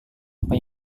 apa